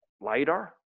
LiDAR